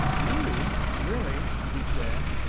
you, willie! she said.